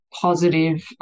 positive